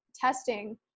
testing